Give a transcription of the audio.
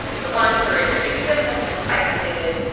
the ones who were exhibiting symptoms were isolated.